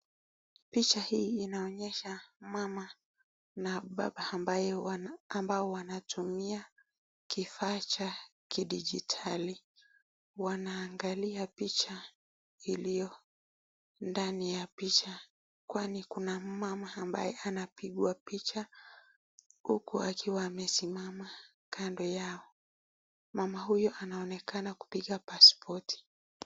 Picha hii inaonyesha mama na baba ambao wanatumia kifaa cha kidijitali. Wanaangalia picha iliyo ndani ya picha kwani kuna mmama ambaye anapigwa picha huku akiwa amesimama kando yao. Mama huyo anaonekana kupiga pasipoti.